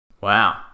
Wow